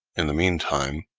in the meantime,